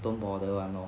don't bother [one] lor